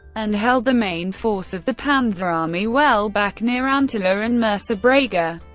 and held the main force of the panzerarmee well back near antela and mersa brega.